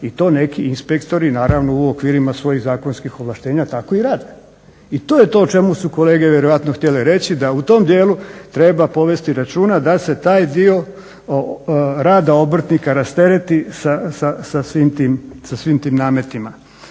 i to neki inspektori naravno u okvirima svojih zakonskih ovlaštenja tako i rade. I to je to o čemu su kolege vjerojatno htjele reći, da u tom dijelu treba povesti računa da se taj dio rada obrtnika rasteretiti sa svim tim nametima.